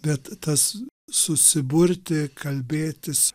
bet tas susiburti kalbėtis